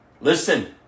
listen